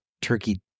turkey